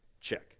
check